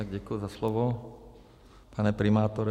Děkuji za slovo, pane primátore.